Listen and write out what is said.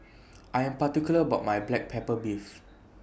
I Am particular about My Black Pepper Beef